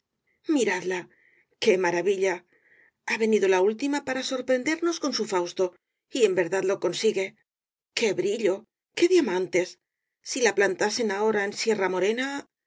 miradla qué maravilla ha venido la última para sorprendernos con su fausto y en verdad lo consigue qué brillo qué diamantes si la plantasen ahora en sierra morena